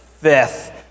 fifth